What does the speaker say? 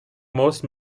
most